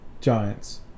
Giants